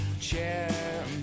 chair